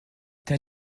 tel